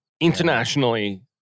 internationally